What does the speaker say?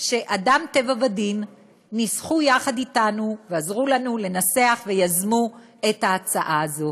שאדם טבע ודין ניסחו יחד אתנו ועזרו לנו לנסח ויזמו את ההצעה הזאת.